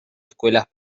escuelas